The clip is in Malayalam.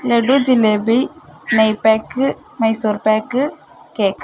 ലഡു ജിലേബി നെയ് പാക്ക് മൈസൂർ പാക്ക് കേക്ക്